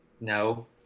No